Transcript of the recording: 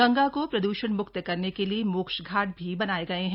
गंगा को प्रद्रषण मुक्त करने के लिए मोक्ष घाट भी बनाए गए हैं